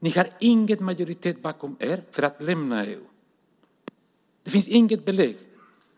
Ni har ingen majoritet bakom er för att lämna EU. Det finns inget belägg